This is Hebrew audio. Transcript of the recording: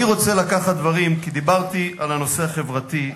אני רוצה לקחת דברים, כי דיברתי על הנושא החברתי,